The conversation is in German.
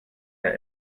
der